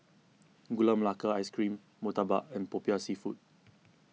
Gula Melaka Ice Cream Murtabak and Popiah Seafood